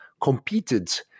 competed